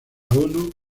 uno